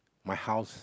my house